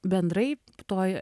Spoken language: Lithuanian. bendrai toj